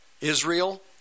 Israel